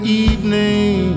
evening